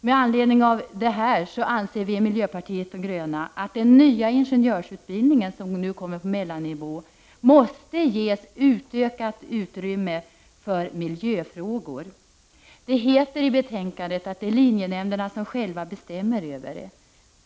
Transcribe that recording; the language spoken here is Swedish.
Med anledning av detta anser vi i miljöpartiet de gröna att den nya ingenjörsutbildning som kommer på mellannivå måste ges utökat utrymme för miljöfrågor. Det heter i betänkandet att det är linjenämnderna som självständigt bestämmer över detta.